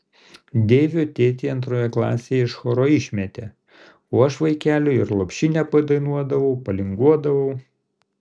deivio tėtį antroje klasėje iš choro išmetė o aš vaikeliui ir lopšinę padainuodavau palinguodavau